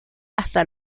hasta